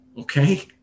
okay